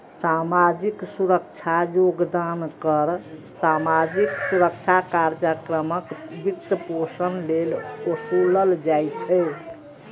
सामाजिक सुरक्षा योगदान कर सामाजिक सुरक्षा कार्यक्रमक वित्तपोषण लेल ओसूलल जाइ छै